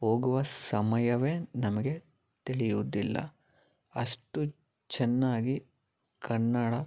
ಹೋಗುವ ಸಮಯವೇ ನಮಗೆ ತಿಳಿಯುದಿಲ್ಲ ಅಷ್ಟು ಚೆನ್ನಾಗಿ ಕನ್ನಡ